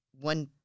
one